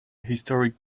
historic